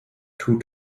tut